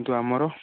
କିନ୍ତୁ ଆମର